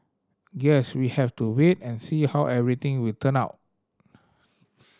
guess we have to wait and see how everything will turn out